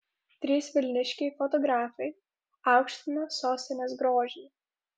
trys vilniškiai fotografai aukština sostinės grožį